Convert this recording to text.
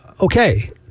okay